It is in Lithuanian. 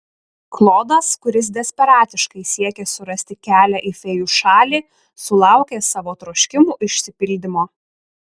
klodas kuris desperatiškai siekė surasti kelią į fėjų šalį sulaukė savo troškimų išsipildymo